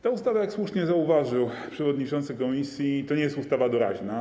Ta ustawa, jak słusznie zauważył przewodniczący komisji, to nie jest ustawa doraźna.